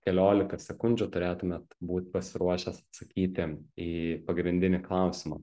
keliolika sekundžių turėtumėt būt pasiruošęs atsakyti į pagrindinį klausimą